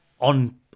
on